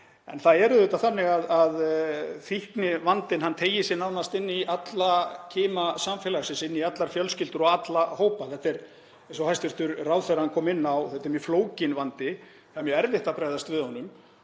Það er auðvitað þannig að fíknivandinn teygir sig nánast inn í alla kima samfélagsins, inn í allar fjölskyldur og alla hópa. Þetta er, eins og hæstv. ráðherra kom inn á, mjög flókinn vandi. Það er mjög erfitt að bregðast við honum.